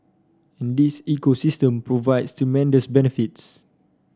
and this ecosystem provides tremendous benefits